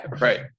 right